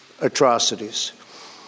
atrocities